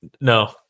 No